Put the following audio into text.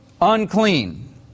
unclean